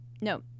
no